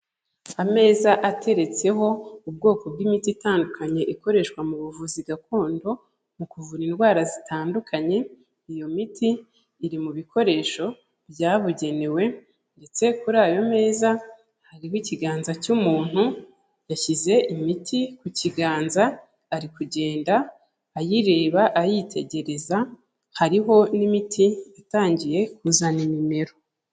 Ameza ateretseho ubwoko bw'imiti itandukanye ikoreshwa mu buvuzi gakondo mu kuvura indwara zitandukanye, iyo miti iri mu bikoresho byabugenewe ndetse kuri ayo meza hariho ikiganza cy'umuntu, yashyize imiti ku kiganza, ari kugenda ayireba ayitegereza, hariho n'imiti itangiye kuzana imimero.